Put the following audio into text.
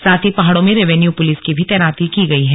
साथ ही पहाड़ों में रेवेन्यू पुलिस की भी तैनाती की गई है